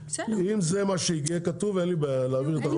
אם זה מה שיהיה כתוב אין לי בעיה להעביר את החוק.